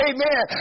Amen